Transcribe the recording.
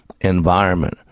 environment